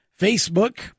Facebook